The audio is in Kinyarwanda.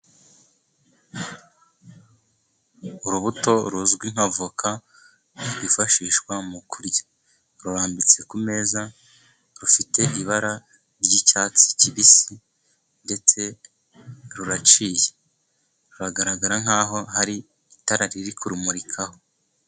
Urubuto ruzwi nka voka rwifashishwa mu kurya, rurambitse ku meza, rufite ibara ry'icyatsi kibisi ndetse ruraciye, ruragaragara nk'aho hari itara riri kurumurikaho.